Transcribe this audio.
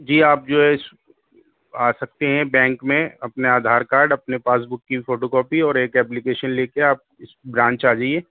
جی آپ جو ہے آ سکتے ہیں بینک میں اپنے آدھار کارڈ اپنے پاس بک کی فوٹو کاپی اور ایک ایپلیکیشن لے کے آپ اس برانچ آ جائیے